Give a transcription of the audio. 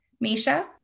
Misha